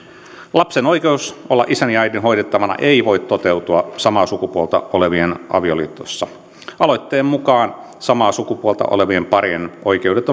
lapsen oikeus olla isän ja äidin hoidettavana ei voi toteutua samaa sukupuolta olevien avioliitossa aloitteen mukaan samaa sukupuolta olevien parien oikeudet